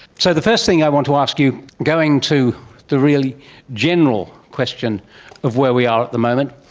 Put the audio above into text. so the first thing i want to ask you, going to the really general question of where we are at the moment,